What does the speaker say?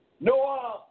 Noah